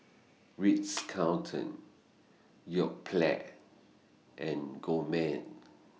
Ritz Carlton Yoplait and Gourmet